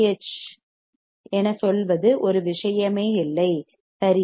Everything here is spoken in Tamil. எச் fH என சொல்வது ஒரு விஷயமே இல்லை சரி